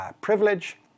privilege